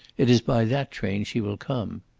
it is by that train she will come.